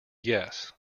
yes